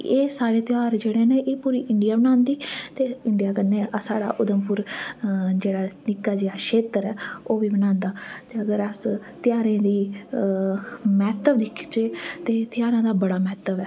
एह् साढ़े ध्यार जेह्ड़े न एह् पूरी इंडि्या बनांदी ते इंडिया दा जेह्ड़ा साढ़ा छोटा जेहा क्षेत्र उधमपुर ऐ ओह्बी बनांदा अगर अस ध्यारें दी महत्ता दिक्खचै ते ध्यारें दा बड़ा महत्व ऐ